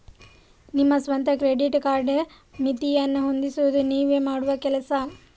ನಿಮ್ಮ ಸ್ವಂತ credit card ಮಿತಿಯನ್ನ ಹೊಂದಿಸುದು ನೀವೇ ಮಾಡುವ ಕೆಲಸ